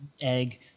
egg